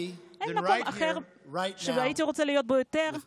אין מקום אחר שהייתי רוצה להיות בו עכשיו יותר